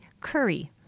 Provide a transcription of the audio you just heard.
curry